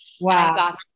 Wow